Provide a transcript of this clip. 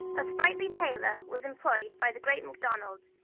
a sprightly tailor was employed by the great macdonald,